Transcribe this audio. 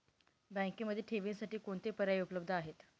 बँकेमध्ये ठेवींसाठी कोणते पर्याय उपलब्ध आहेत?